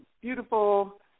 beautiful